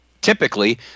typically